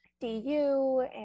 du